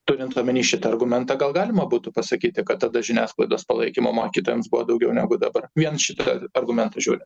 turint omeny šitą argumentą gal galima būtų pasakyti kad tada žiniasklaidos palaikymo mokytojams buvo daugiau negu dabar vien šitą argumentą žiūri